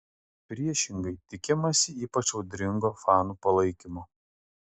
priešingai tikimasi ypač audringo fanų palaikymo